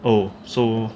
oh so